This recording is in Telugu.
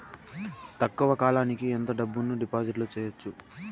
తక్కువ కాలానికి ఎంత డబ్బును డిపాజిట్లు చేయొచ్చు?